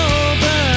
over